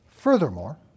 Furthermore